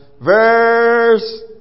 verse